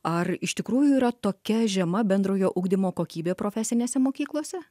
ar iš tikrųjų yra tokia žema bendrojo ugdymo kokybė profesinėse mokyklose